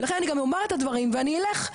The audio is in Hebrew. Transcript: ולכן אני גם אומר את הדברים ואני אלך,